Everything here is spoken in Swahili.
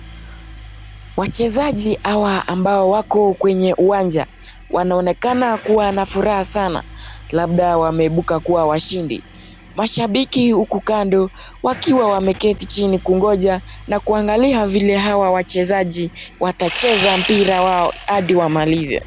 Wachezaji hawa ambao wako kwenye uwanja wanaonekana kuwa na furaha sana labda wameibuka kuwa washindi. Mashambiki huku kando wakiwa wameketi chini kugonja na kuangalia vile hawa wachezaji watacheza mpira wao hadi wamalize.